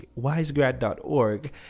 wisegrad.org